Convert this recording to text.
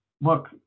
look